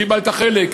קיבלת חלק.